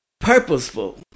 purposeful